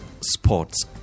sports